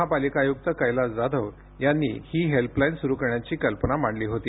महापालिका आयुक्त कैलास जाधव यांनी ही हेल्पलाईन सुरू करण्याची कल्पना मांडली होती